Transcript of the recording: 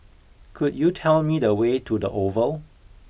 could you tell me the way to the Oval